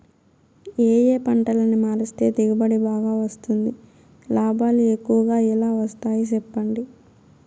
ఏ ఏ పంటలని మారిస్తే దిగుబడి బాగా వస్తుంది, లాభాలు ఎక్కువగా ఎలా వస్తాయి సెప్పండి